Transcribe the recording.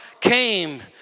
came